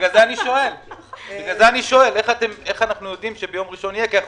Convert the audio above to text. בגלל זה אני שואל איך אנחנו יודעים שביום ראשון יימצא מקור תקציבי.